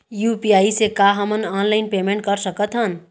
UPI से का हमन ऑनलाइन पेमेंट कर सकत हन?